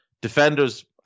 Defenders